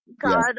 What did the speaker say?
God